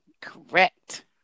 correct